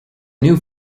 new